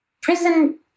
prison